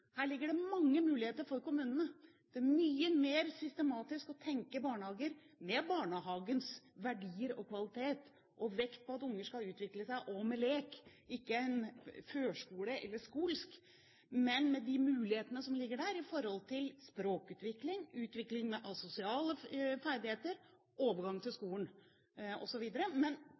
Her ligger det mange muligheter for kommunene. Det er mye mer systematisk å tenke barnehager med barnehagens verdier og kvalitet og vekt på at unger skal utvikle seg også med lek – ikke førskole eller skolsk – med de mulighetene som ligger der i forhold til språkutvikling, utvikling av sosiale ferdigheter og overgangen til skolen